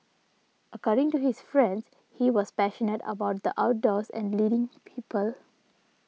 according to his friends he was passionate about the outdoors and leading people